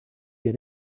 get